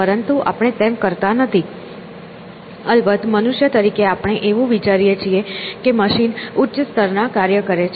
પરંતુ આપણે તેમ કરતા નથી અલબત્ત મનુષ્ય તરીકે આપણે એવું વિચારીએ છીએ કે મશીન ઉચ્ચ સ્તરના કાર્ય કરે છે